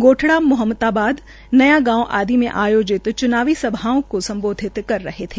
गोठडा मोहब्बताबाद नया गांव आदि में आयोजित चुनावी सभाओं को संबोधित कर रहे थे